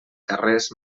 carrers